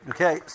Okay